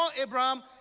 Abraham